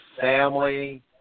family